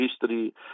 history